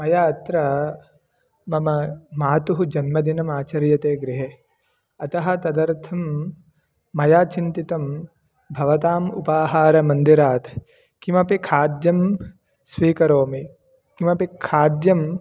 मया अत्र मम मातुः जन्मदिनम् आचर्यते गृहे अतः तदर्थं मया चिन्तितं भवताम् उपाहारमन्दिरात् किमपि खाद्यं स्वीकरोमि किमपि खाद्यं